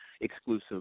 exclusive